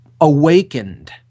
awakened